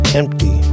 empty